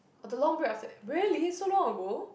the long break after really so long ago